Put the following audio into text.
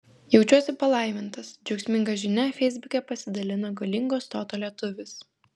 jaučiuosi palaimintas džiaugsminga žinia feisbuke pasidalino galingo stoto lietuvis